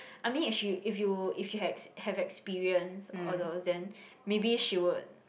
I mean if she if you if you have have experience all those then maybe she would